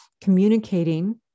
communicating